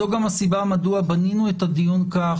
זו גם הסיבה מדוע בנינו את הדיון כך